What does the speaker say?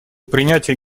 принятие